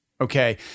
Okay